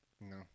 no